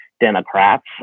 Democrats